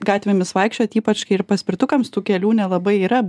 gatvėmis vaikščioti ypač kai ir paspirtukams tų kelių nelabai yra